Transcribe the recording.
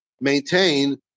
maintain